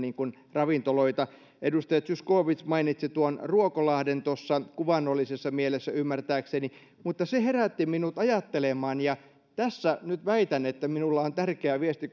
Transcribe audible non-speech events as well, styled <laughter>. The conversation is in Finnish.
ravintoloita edustaja zyskowicz mainitsi ruokolahden tuossa kuvainnollisessa mielessä ymmärtääkseni mutta se herätti minut ajattelemaan ja tässä nyt väitän kun ministerikin on paikalla että minulla on tärkeä viesti <unintelligible>